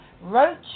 roach